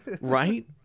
Right